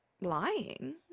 lying